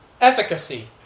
efficacy